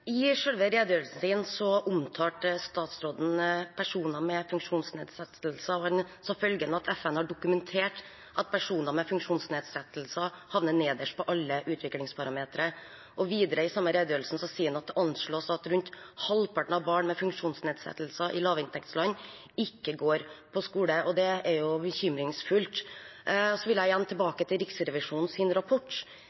I selve redegjørelsen sin sa statsråden at «FN har dokumentert at personer med funksjonsnedsettelser havner nederst på alle utviklingsparametere». Videre i samme redegjørelse sier han: «Det anslås at rundt halvparten av barn med funksjonsnedsettelser i lavinntektsland ikke går på skole.» Det er bekymringsfullt. Jeg vil igjen